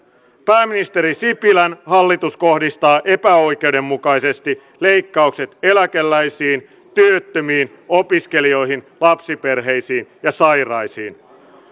pääministeri sipilän hallitus kohdistaa epäoikeudenmukaisesti leikkaukset eläkeläisiin työttömiin opiskelijoihin lapsiperheisiin ja sairaisiin